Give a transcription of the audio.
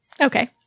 Okay